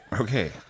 okay